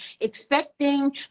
expecting